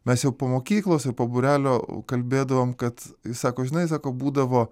mes jau po mokyklos ir po būrelio kalbėdavom kad jis sako žinai sako būdavo